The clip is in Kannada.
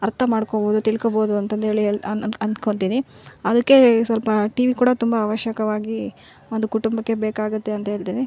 ಅರ್ಥ ಮಾಡ್ಕೋಬೋದು ತಿಳ್ಕೋಬೋದು ಅಂತಂದೇಳಿ ಅಂದ್ಕೊಂತೀನಿ ಅದಕ್ಕೆ ಸ್ವಲ್ಪ ಟಿವಿ ಕೂಡ ತುಂಬ ಅವಶ್ಯಕವಾಗಿ ಒಂದು ಕುಟುಂಬಕ್ಕೆ ಬೇಕಾಗುತ್ತೆ ಅಂತ ಹೇಳ್ತಿನಿ